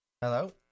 hello